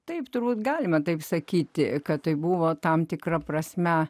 taip turbūt galima taip sakyti kad tai buvo tam tikra prasme